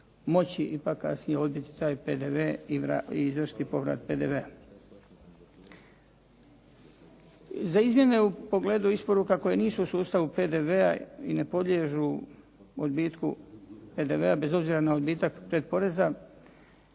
moći ipak kasnije odbiti taj PDV i izvršiti povrat PDV-a. Za izmjene u pogledu isporuka koje nisu u sustavu PDV-a i ne podliježu odbitku PDV-a bez obzira na odbitak pretporeza,